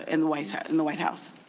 in the white house? in the white house?